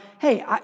hey